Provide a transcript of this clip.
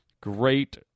Great